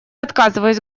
отказываюсь